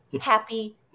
happy